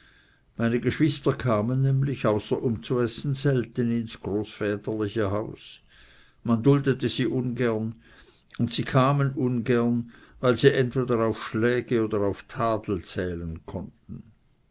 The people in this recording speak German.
meine geschwister kamen nämlich außer um zu essen selten ins großväterliche haus man duldete sie ungern und sie kamen ungern weil sie entweder auf schläge oder auf tadel zählen konnten